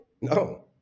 No